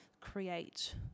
create